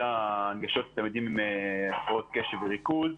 ההנגשות לתלמידים עם הפרעות קשב וריכוז.